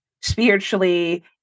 spiritually